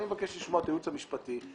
אני מבקש לשמוע את הייעוץ המשפטי.